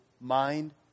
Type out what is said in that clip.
mind